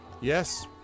Yes